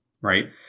right